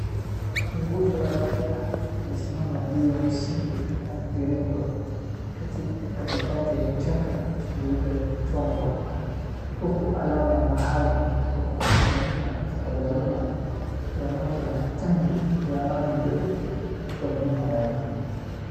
Nguzo ya bendera imesimama juu ya msingi wa mviringo katikati ya vichaka vilivyochongwa. Huku alama ya mahali pa kukusanyika kwa dharura ya moto na tangi la maji jeupe likiwa nyuma yake.